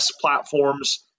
platforms